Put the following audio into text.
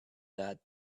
that